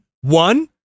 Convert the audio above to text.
One